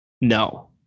no